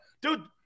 Dude